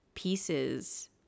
Pieces